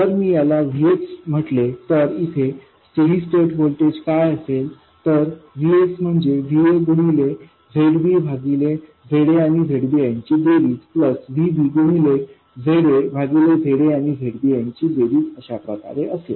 जर मी याला Vx म्हटले तर येथे स्टेडी स्टैट व्होल्टेज काय असेल तरVxम्हणजे Va गुणिले Zbभागिले Za आणि Zbयांची बेरीज प्लसVb गुणिले Zaभागिले Zaआणि Zbयांची बेरीज अशा प्रकारे असेल